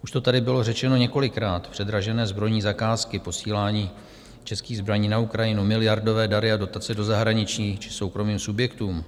Už to tady bylo řečeno několikrát: předražené zbrojní zakázky, posílání českých zbraní na Ukrajinu, miliardové dary a dotace do zahraničí či soukromým subjektům.